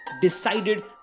decided